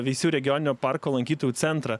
veisiejų regioninio parko lankytojų centrą